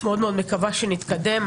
אני מקווה מאוד שנתקדם.